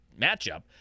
matchup